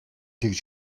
тэгж